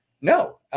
No